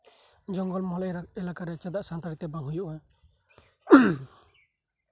ᱡᱚᱝᱜᱚᱞ ᱢᱚᱦᱚᱞ ᱮᱞᱟᱠᱟᱨᱮ ᱪᱮᱫᱟᱜ ᱥᱟᱱᱛᱟᱲᱤᱛᱮ ᱵᱟᱝ ᱦᱩᱭᱩᱜᱼᱟ